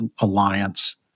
alliance